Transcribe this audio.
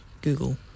Google